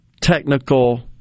technical